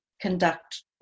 conduct